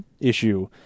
issue